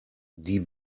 die